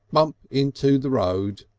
blump into the road.